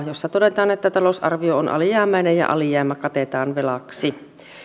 jossa todetaan että talousarvio on alijäämäinen ja alijäämä katetaan velaksi